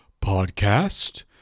podcast